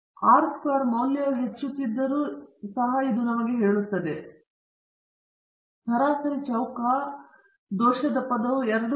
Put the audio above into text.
ಆದ್ದರಿಂದ R square ಮೌಲ್ಯವು ಹೆಚ್ಚುತ್ತಿದ್ದರೂ ಸಹ ಇದು ನಮಗೆ ಹೇಳುತ್ತದೆ ಸರಿಹೊಂದಿದ R ವರ್ಗ ಮೌಲ್ಯವು ಈ n ಮೈನಸ್ ಪಿ ಪರಿಣಾಮದ ಕಾರಣದಿಂದಾಗಿ ಕಡಿಮೆಯಾಗಬಹುದು